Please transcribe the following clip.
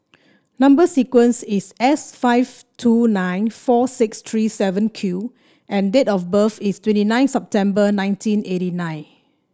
number sequence is S five two nine four six three seven Q and date of birth is twenty nine September nineteen eighty nine